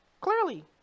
clearly